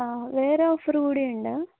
ആ വേറെ ഓഫറ് കൂടി ഉണ്ട്